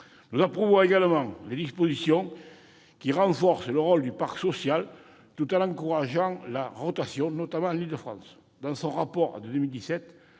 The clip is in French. Nous approuvons également les dispositions qui renforcent le rôle du parc social, tout en encourageant la rotation, notamment en Île-de-France. Dans son rapport public